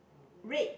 red